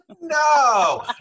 No